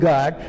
God